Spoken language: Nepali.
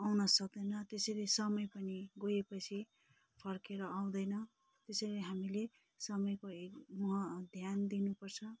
आउन सक्दैन त्यसरी समय पनि गएपछि फर्केर आउँदैन त्यसैले हामीले समयको ध्यान दिनुपर्छ